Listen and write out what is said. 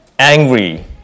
angry